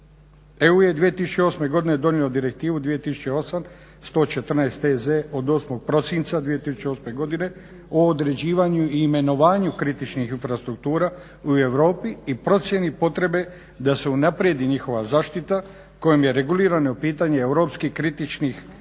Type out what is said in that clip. EU je 2008. godine donijelo Direktivu 2008. 114 EZ od 8. prosinca 2008. godine o određivanju i imenovanju kritičnih infrastruktura u Europi i procjeni potrebe da se unaprijedi njihova zaštita kojom je regulirano pitanje europskih kritičnih infrastruktura